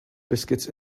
biscuits